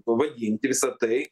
pavadinti visą tai